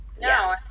no